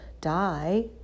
die